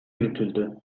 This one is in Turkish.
yürütüldü